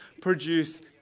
produce